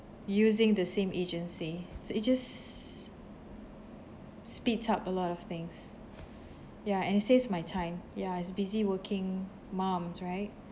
using the same agency so it just speeds up a lot of things ya and it saves my time ya as busy working mums right